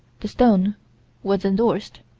the stone was endorsed.